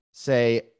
Say